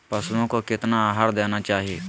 पशुओं को कितना आहार देना चाहि?